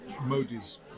Modi's